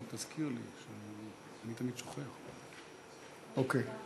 ההצעה להעביר את הצעת חוק להבטחת דיור חלופי לתושבי